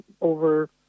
over